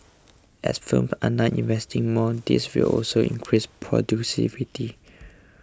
as firms are now investing more this will also increase